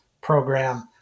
program